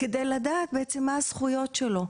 כדי לדעת מה הזכויות שלהם.